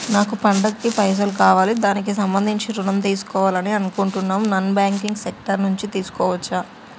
నాకు పండగ కి పైసలు కావాలి దానికి సంబంధించి ఋణం తీసుకోవాలని అనుకుంటున్నం నాన్ బ్యాంకింగ్ సెక్టార్ నుంచి తీసుకోవచ్చా?